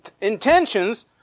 intentions